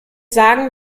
sagen